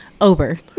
Over